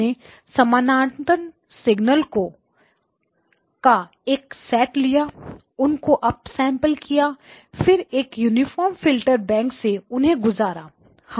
हमने समानांतर सिग्नल्स को का एक सेट लिया उसको अप सैंपल किया फिर एक यूनिफार्म फिल्टर बैंक से उन्हें गुजारा है